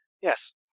Yes